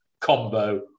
combo